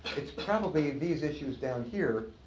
it's probably these issues down here,